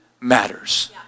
matters